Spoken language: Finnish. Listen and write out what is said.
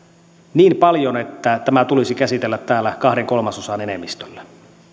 niin paljon että tämä tulisi käsitellä täällä kahden kolmasosan enemmistöllä